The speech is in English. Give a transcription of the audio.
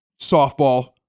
softball